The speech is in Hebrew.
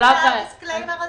הם הוסיפו את הדיסקליימר הזה?